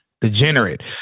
degenerate